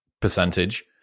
percentage